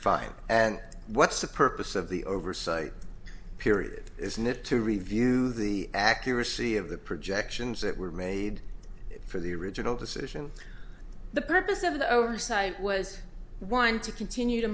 fine and what's the purpose of the oversight period isn't it to review the accuracy of the projections that were made for the original decision the purpose of the oversight was one to continue to